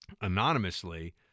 anonymously